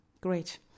Great